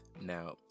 now